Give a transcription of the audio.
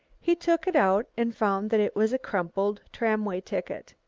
he took it out and found that it was a crumpled tramway ticket.